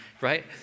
right